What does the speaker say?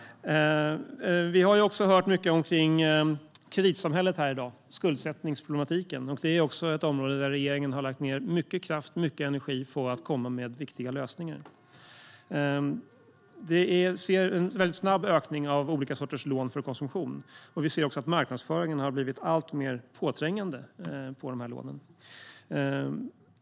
Vi har också hört mycket om kreditsamhället och skuldsättningsproblematiken här i dag. Det är också ett område där regeringen har lagt ned mycket kraft och energi för att komma med viktiga lösningar. Vi ser en snabb ökning av olika sorters lån för konsumtion, och vi ser också att marknadsföringen för de här lånen har blivit alltmer påträngande.